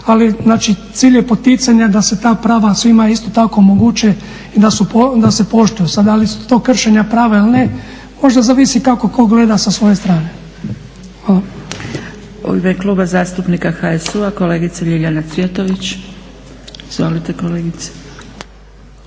znači cilj je poticanja da se ta prava svima isto tako omoguće i da se poštuju. Sad, da li su to kršenja prava ili ne, možda zavisi kako tko gleda sa svoje strane.